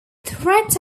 threat